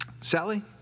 Sally